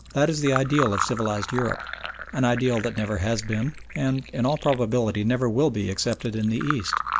that is the ideal of civilised europe an ideal that never has been and in all probability never will be accepted in the east.